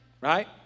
right